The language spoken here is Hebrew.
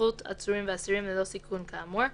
בנוכחות עצורים ואסירים ללא סיכון כאמור,